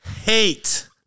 hate